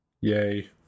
Yay